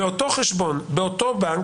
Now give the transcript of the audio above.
ואותו חשבון באותו בנק,